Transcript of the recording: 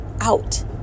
out